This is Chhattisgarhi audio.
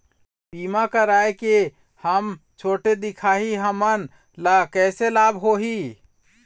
बीमा कराए के हम छोटे दिखाही हमन ला कैसे लाभ होही?